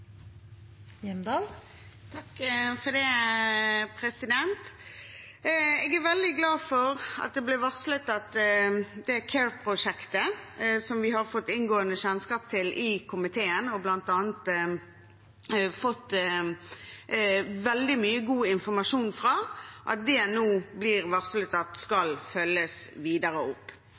veldig glad for at det blir varslet at CARE-prosjektet, som vi har fått inngående kjennskap til i komiteen og bl.a. fått veldig mye god informasjon fra, nå skal følges videre opp. Jeg må også understreke at